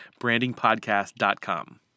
brandingpodcast.com